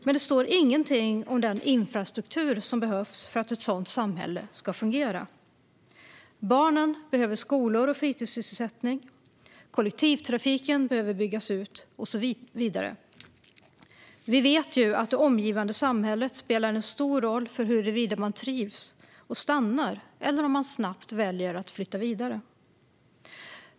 Men det står ingenting om den infrastruktur som behövs för att ett sådant samhälle ska fungera. Barnen behöver skolor och fritidssysselsättning, kollektivtrafiken behöver byggas ut och så vidare. Vi vet ju att det omgivande samhället spelar en stor roll för huruvida man trivs och stannar eller om man snabbt väljer att flytta vidare.